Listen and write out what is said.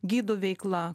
gidų veikla